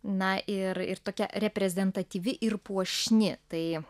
na ir ir tokia reprezentatyvi ir puošni tai